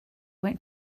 went